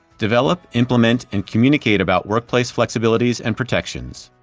develop, implement, and communicate about workplace flexibilities and protections.